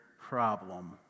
problem